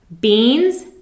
beans